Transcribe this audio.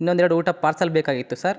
ಇನ್ನೊಂದು ಎರಡು ಊಟ ಪಾರ್ಸಲ್ ಬೇಕಾಗಿತ್ತು ಸರ್